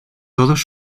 todos